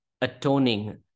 atoning